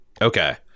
Okay